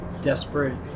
Desperate